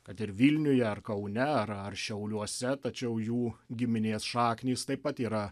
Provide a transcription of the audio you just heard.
kad ir vilniuje ar kaune ar ar šiauliuose tačiau jų giminės šaknys taip pat yra